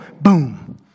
boom